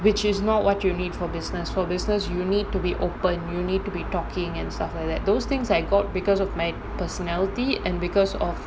which is not what you need for business for business you need to be open you need to be talking and stuff like that those things I got because of my personality and because of